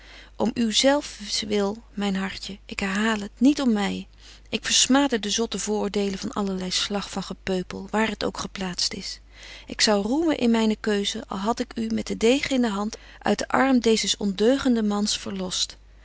om uw zelfs wil myn hartje ik herhaal het niet om my ik versmade de zotte vooröordelen van allerlei slag van gepeupel waar het ook geplaatst is ik zou roemen in myne keuze al had ik u met den degen in de hand uit den arm deezes ondeugenden mans verlost